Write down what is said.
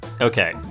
Okay